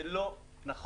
זה לא נכון,